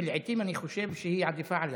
ולעיתים אני חושב שהיא עדיפה עליי.